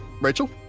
Rachel